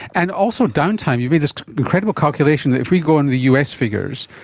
and also downtime. you made this incredible calculation that if we go on the us figures,